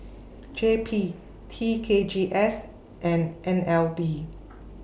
J P T K G S and N L B